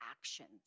actions